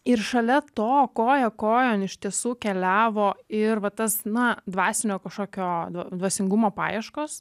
ir šalia to koja kojon iš tiesų keliavo ir va tas na dvasinio kažkokio dva dvasingumo paieškos